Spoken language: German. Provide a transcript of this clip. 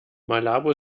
malabo